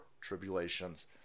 tribulations